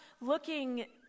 looking